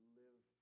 live